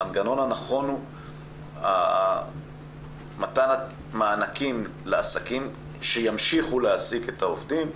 המנגנון הנכון הוא מתן מענקים לעסקים שימשיכו להעסיק את העובדים.